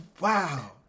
Wow